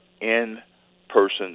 in-person